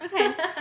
Okay